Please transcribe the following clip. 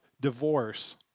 divorce